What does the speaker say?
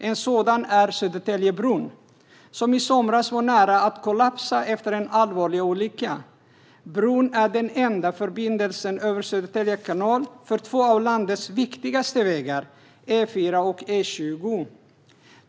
En sådan är Södertäljebron, som i somras var nära att kollapsa efter en allvarlig olycka. Bron är den enda förbindelsen över Södertälje kanal för två av landets viktigaste vägar - E4 och E20.